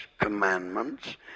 commandments